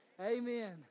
Amen